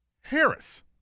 Harris